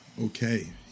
okay